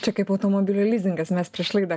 čia kaip automobilių lizingas mes prieš laidą